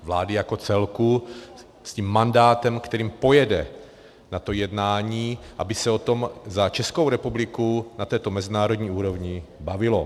Vlády jako celku s tím mandátem, s kterým pojede na to jednání, aby se o tom za Českou republiku na této mezinárodní úrovni bavilo.